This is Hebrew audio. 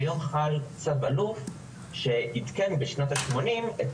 כיום חל צו אלוף שעדכן בשנות השמונים את